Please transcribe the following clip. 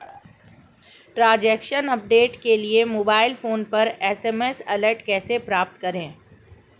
Transaction update के लिए mobile phone पर एस.एम.एस अलर्ट कैसे प्राप्त करें?